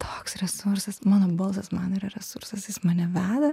toks resursas mano balsas man yra resursas jis mane veda